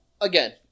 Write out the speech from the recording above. again